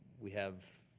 we have